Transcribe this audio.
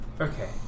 okay